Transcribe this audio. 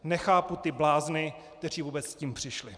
Nechápu ty blázny, kteří vůbec s tím přišli!